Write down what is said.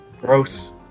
gross